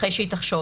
אחרי שהיא תחשוב,